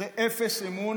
זה אפס אמון